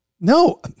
No